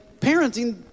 parenting